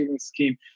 scheme